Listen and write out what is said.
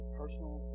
personal